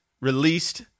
released